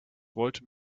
wollte